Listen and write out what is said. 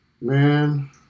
Man